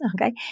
Okay